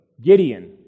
Gideon